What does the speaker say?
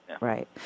right